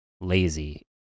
lazy